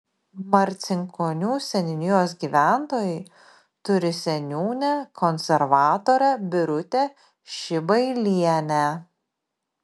marcinkonių seniūnijos gyventojai turi seniūnę konservatorę birutę šibailienę